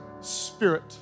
Spirit